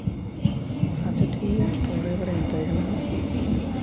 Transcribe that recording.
ᱟᱪᱪᱷᱟ ᱴᱷᱤᱠ ᱜᱮᱭᱟ ᱴᱳᱴᱳ ᱰᱨᱟᱭᱵᱷᱟᱨᱤᱧ ᱢᱮᱛᱟᱭ ᱠᱟᱱᱟ ᱦᱟᱸᱜ